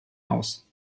aus